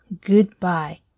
goodbye